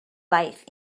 life